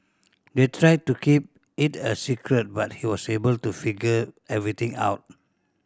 they tried to keep it a secret but he was able to figure everything out